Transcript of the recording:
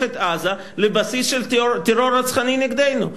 את עזה לבסיס של טרור רצחני נגדנו.